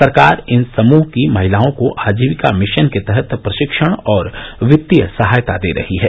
सरकार इन समूह की महिलाओं को आजीविका मिशन के तहत प्रशिक्षण और वित्तीय सहायता दे रही है